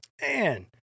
Man